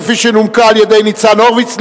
כפי שנומקה על-ידי ניצן הורוביץ,